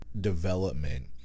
development